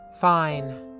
Fine